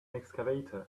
excavator